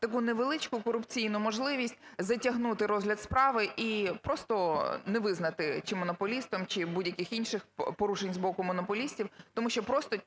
таку невеличку корупційну можливість затягнути розгляд справ і просто не визнати, чи монополістом, чи будь-яких інших порушень з боку монополістів, тому що просто